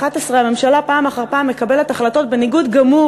הממשלה פעם אחר פעם מקבלת החלטות בניגוד גמור